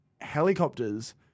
helicopters